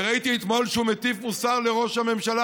וראיתי אתמול שהוא מטיף מוסר לראש הממשלה,